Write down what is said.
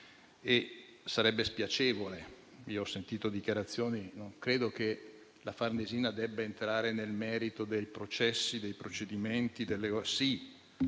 sarebbe spiacevole. Io ho sentito dichiarazioni, ma non credo che la Farnesina debba entrare nel merito dei processi e dei procedimenti. È